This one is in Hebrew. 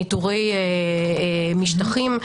ניטורי משטחים.